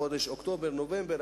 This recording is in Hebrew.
בחודשים אוקטובר-נובמבר,